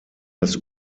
das